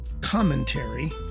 commentary